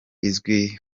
izwi